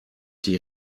die